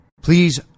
Please